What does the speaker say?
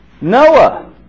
Noah